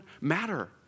matter